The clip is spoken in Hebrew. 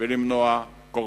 ולמנוע קורבנן.